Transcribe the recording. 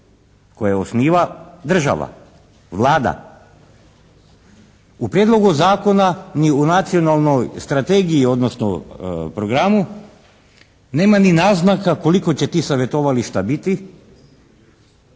koja osniva država, vlada. U Prijedlogu zakona ni u Nacionalnoj strategiji odnosno programu nema ni naznaka koliko će tih savjetovališta biti,